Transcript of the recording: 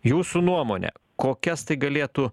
jūsų nuomone kokias tai galėtų